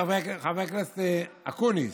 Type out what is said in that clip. חבר הכנסת אקוניס,